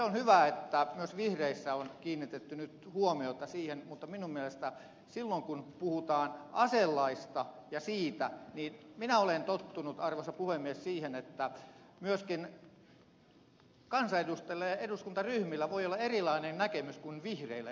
on hyvä että myös vihreissä on kiinnitetty nyt huomiota siihen mutta minun mielestäni silloin kun puhutaan aselaista ja minä olen tottunut arvoisa puhemies siihen myöskin kansanedustajilla ja eduskuntaryhmillä voi olla erilainen näkemys kuin esimerkiksi vihreillä